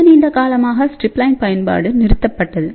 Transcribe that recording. மிக நீண்ட காலமாக ஸ்ட்ரிப்லைன் பயன்பாடு நிறுத்தப்பட்டது